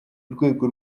rwego